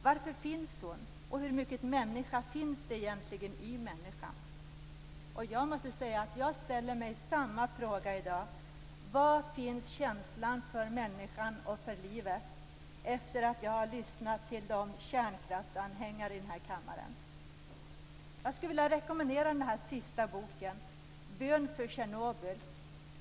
Varför finns hon? Hur mycket människa finns det egentligen i människan? Jag måste säga att jag i dag, efter att ha lyssnat till kärnkraftsanhängarna i den här kammaren, ställer mig samma fråga: Var finns känslan för människan och för livet? Jag vill rekommendera boken Bön för Tjernobyl till er alla.